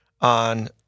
on